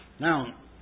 Now